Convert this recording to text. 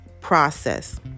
process